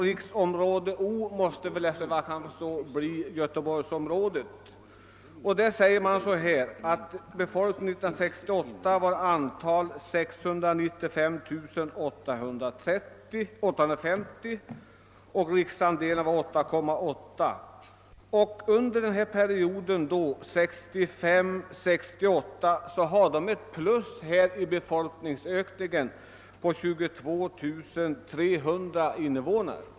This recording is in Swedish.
Riksområde måste enligt vad jag kan förstå här bli Göteborgsområdet. Det heter då att befolkningen 1968 uppgick till 69 850 och att riksandelen var 8,8. Under perioden 1965 —1968 har invånarantalet ökat med 22 300.